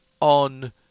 on